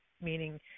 meaning